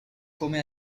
come